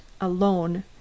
alone